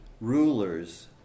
rulers